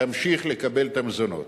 תמשיך לקבל את המזונות.